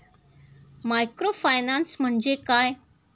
Microfinance म्हणजे काय?